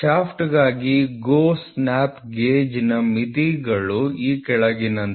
ಶಾಫ್ಟ್ಗಾಗಿ GO snap ಗೇಜ್ನ ಮಿತಿಗಳು ಈ ಕೆಳಗಿನಂತಿವೆ